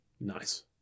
Nice